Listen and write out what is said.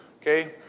okay